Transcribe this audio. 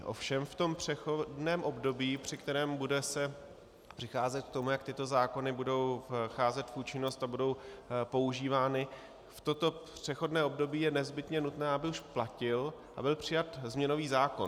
Ovšem v tom přechodném období, při kterém se bude přicházet k tomu, jak tyto zákony budou vcházet v účinnost a budou používány, v tomto přechodné období je nezbytné, aby už platil a byl přijat změnový zákon.